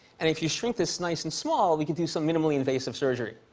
and if you shrink this nice and small, we could do some minimally invasive surgery.